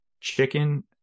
chicken